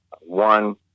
one